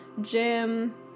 gym